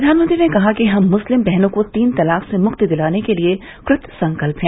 प्रधानमंत्री ने कहा कि हम मुस्लिम बहनों को तीन तलाक से मुक्ति दिलाने के लिये कृत संकल्प है